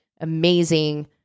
amazing